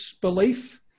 belief